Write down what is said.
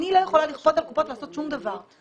אני לא יכולה לכפות על קופות לעשות שום דבר.